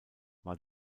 war